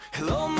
Hello